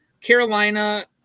Carolina